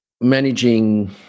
managing